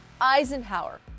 Eisenhower